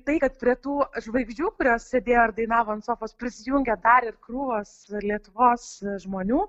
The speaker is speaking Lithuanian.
tai kad prie tų žvaigždžių kurios sėdėjo ar dainavo ant sofos prisijungia dar ir krūvos lietuvos žmonių